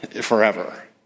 forever